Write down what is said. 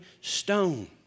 stone